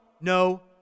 no